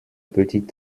petits